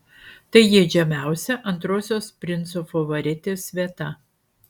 tai geidžiamiausia antrosios princo favoritės vieta